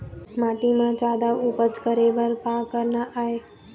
माटी म जादा उपज करे बर का करना ये?